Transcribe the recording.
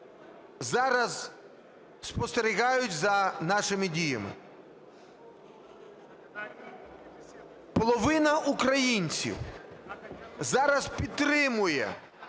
зараз спостерігають за нашими діями. Половина українців зараз підтримує